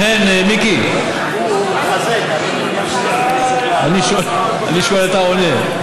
אכן, מיקי, אני שואל, אתה עונה.